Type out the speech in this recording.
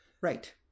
Right